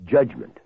Judgment